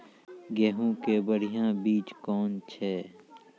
गेहूँ के बढ़िया बीज कौन छ?